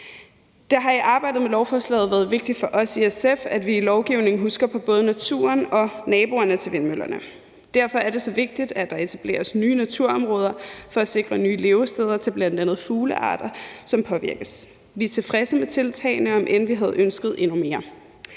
Det har i arbejdet med lovforslaget været vigtigt for os i SF, at vi i lovgivningen husker på både naturen og naboerne til vindmøllerne. Derfor er det så vigtigt, at der etableres nye naturområder for at sikre nye levesteder til bl.a. fuglearter, som påvirkes. Vi er tilfredse med tiltagene, om end vi havde ønsket endnu mere.